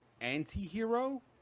anti-hero